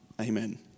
Amen